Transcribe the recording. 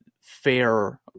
fair